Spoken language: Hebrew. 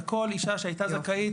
לכל אישה שהייתה זכאית.